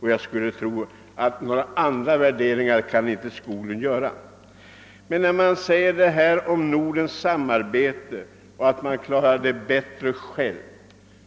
Här talas om nordiskt samarbete och om att man klarar det och det bättre själv.